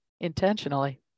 intentionally